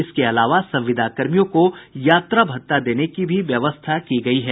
इसके अलावा संविदाकर्मियों को यात्रा भत्ता देने की भी व्यवस्था की गयी है